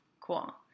Cool